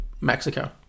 Mexico